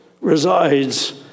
resides